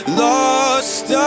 lost